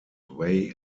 way